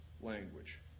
language